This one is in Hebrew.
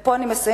ופה אני מסיימת,